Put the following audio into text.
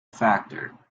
factor